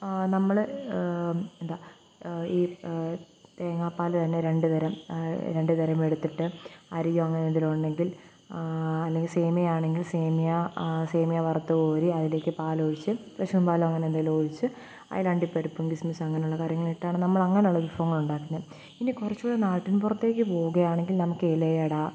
നമ്മള് എന്താണ് ഈ തേങ്ങാപ്പാല് തന്നെ രണ്ട് തരം രണ്ടു തരമെടുത്തിട്ട് അരിയോ അങ്ങനെന്തേലുമുണ്ടെങ്കിൽ അല്ലെങ്കിൽ സേമിയയാണെങ്കിൽ സേമിയ സേമിയ വറുത്തുകോരി അതിലേക്ക് പാലൊഴിച്ച് പശൂവിന്പാലോ അങ്ങനെന്തേലുമൊഴിച്ച് അതില് അണ്ടിപ്പരിപ്പും കിസ്സ്മിസ്സും അങ്ങനെയുള്ള കാര്യങ്ങളിട്ടാണ് നമ്മളങ്ങനെയുള്ള വിഭവങ്ങളുണ്ടാക്കുന്നത് ഇനി കുറച്ചുകൂടെ നാട്ടിൻപുറത്തേക്ക് പോവുകയാണെങ്കിൽ നമുക്ക് ഇലയട